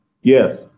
Yes